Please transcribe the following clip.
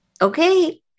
Okay